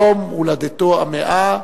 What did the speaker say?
יום הולדתו ה-100,